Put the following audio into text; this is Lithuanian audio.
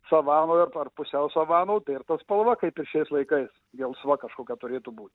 savanoje arba ar pusiau savanoj tai ir to spalva kaip šiais laikais gelsva kažkokio turėtų būt